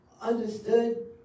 understood